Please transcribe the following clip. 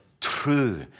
true